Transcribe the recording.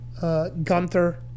Gunther